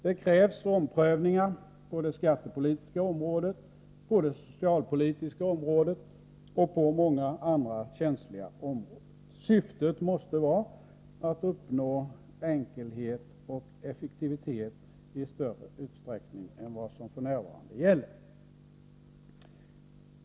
Det krävs omprövningar på det skattepolitiska området, på det socialpolitiska området och på många andra känsliga områden. Syftet måste vara att uppnå en högre grad av enkelhet och effektivitet än vad som f.n. gäller.